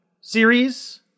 series